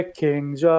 kings